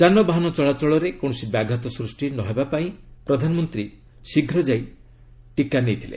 ଯାନବାହାନ ଚଳାଚଳରେ କୌଣସି ବ୍ୟାଘାତ ସୃଷ୍ଟି ନ ହେବା ପାଇଁ ପ୍ରଧାନମନ୍ତ୍ରୀ ଶୀଘ୍ର ଯାଇ ଟିକା ନେଇଚନ୍ତି